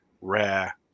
rare